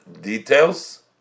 details